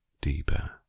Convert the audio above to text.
deeper